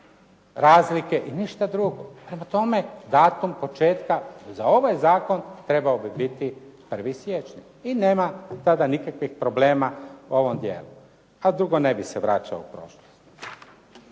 razlike i ništa drugo. Prema tome, datum početka za ovaj zakon trebao bi biti 1. siječnja i nema tada nikakvih problema u ovom dijelu. A drugo ne bih se vraćao u prošlost.